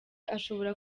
ashobora